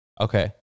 okay